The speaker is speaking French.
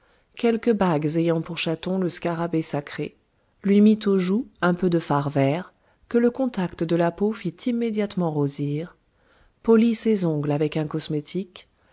quelques bagues ayant pour chaton le scarabée sacré lui mit aux joues un peu de fard vert que le contact de la peau fit immédiatement rosir polit ses ongles avec un